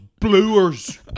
bluers